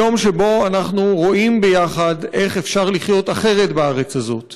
הוא יום שבו אנחנו רואים ביחד איך אפשר לחיות אחרת בארץ הזאת